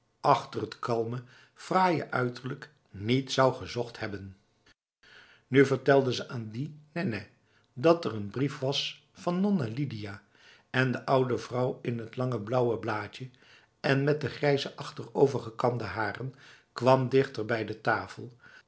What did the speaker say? achter het kalme fraaie uiterlijk niet zou gezocht hebben nu vertelde ze aan de nènèh dat er een brief was van nonna lidia en de oude vrouw in t lange blauwe baadje en met de grijze achterovergekamde haren kwam dichter bij de tafel